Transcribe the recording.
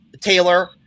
Taylor